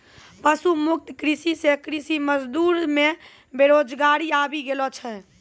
पशु मुक्त कृषि से कृषि मजदूर मे बेरोजगारी आबि गेलो छै